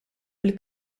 fil